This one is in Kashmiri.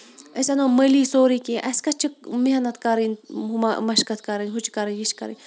أسۍ اَنو مٔلی سورُے کیٚنٛہہ اَسہِ کَتھ چھِ محنت کَرٕنۍ مَشکَتھ کَرٕنۍ ہُہ چھُ کَرٕنۍ یہِ چھُ کَرٕنۍ